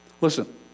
Listen